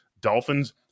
Dolphins